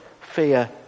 fear